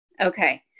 Okay